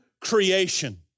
creation